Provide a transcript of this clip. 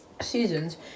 seasons